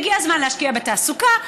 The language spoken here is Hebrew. הגיע הזמן להשקיע בתעסוקה,